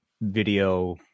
video